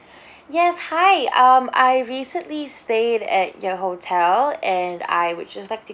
yes hi um I recently stayed at your hotel and I would just like to